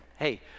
Hey